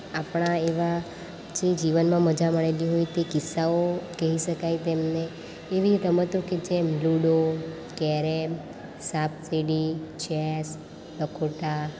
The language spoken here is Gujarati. આપણાં એવા જે જીવનમાં મજા માણેલી હોય તે કિસ્સાઓ કહી શકાય તેમને એવી રમતો કે જેમ લૂડો કેરેમ સાપ સીડી ચેસ લખોટા